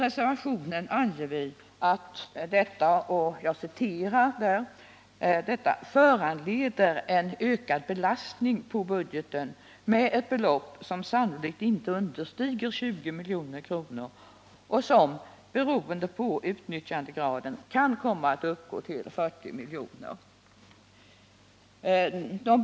I reservationen anger vi att detta ”föranleder en ökad belastning på budgeten med ett belopp — —--som sannolikt inte understiger 20 milj.kr. och som — beroende på utnyttjandegraden —- kan komma att uppgå till 40 milj.kr.”.